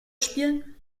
spielen